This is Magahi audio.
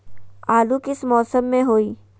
आलू किस मौसम में होई?